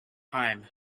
thyme